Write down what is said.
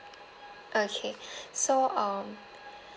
okay so um